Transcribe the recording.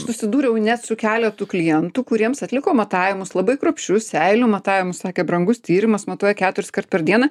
susidūriau net su keletu klientų kuriems atlikom matavimus labai kruopščius seilių matavimus sakė brangus tyrimas matuoja keturiskart per dieną